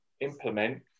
implement